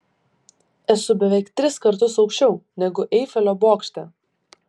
esu beveik tris kartus aukščiau negu eifelio bokšte